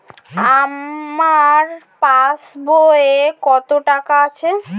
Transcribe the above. আমার পাস বইয়ে কত টাকা আছে?